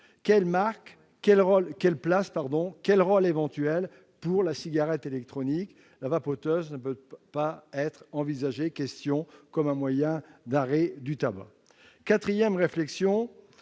réflexion : quelle place, quel rôle éventuel pour la cigarette électronique ? La vapoteuse ne peut-elle pas être envisagée comme un moyen d'arrêt du tabac ? Quatrième réflexion